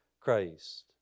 Christ